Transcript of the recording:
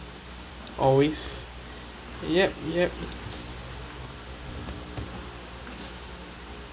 always yup yup